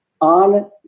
on